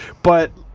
but,